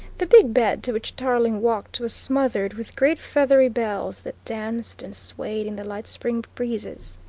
the big bed to which tarling walked was smothered with great feathery bells that danced and swayed in the light spring breezes.